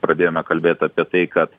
pradėjome kalbėt apie tai kad